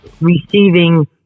receiving